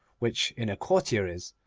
which in a courtier is,